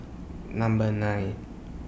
Number nine